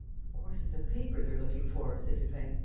of course, it's a paper they're looking for, said lupin.